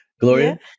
Gloria